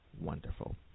Wonderful